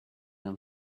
them